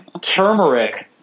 Turmeric